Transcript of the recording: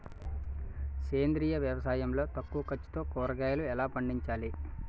సేంద్రీయ వ్యవసాయం లో తక్కువ ఖర్చుతో కూరగాయలు ఎలా పండించాలి?